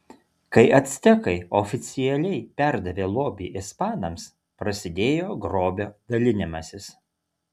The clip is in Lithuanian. kai actekai oficialiai perdavė lobį ispanams prasidėjo grobio dalinimasis